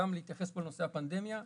להתייחס לנושא הפנדמיה,